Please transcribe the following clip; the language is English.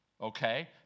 okay